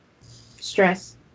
Stress